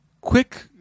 Quick